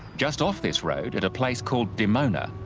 just off this road, at a place called dimona,